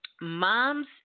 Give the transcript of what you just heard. Moms